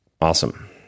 Awesome